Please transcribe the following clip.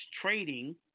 trading